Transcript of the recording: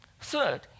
Third